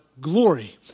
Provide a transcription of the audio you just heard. glory